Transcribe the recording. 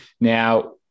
Now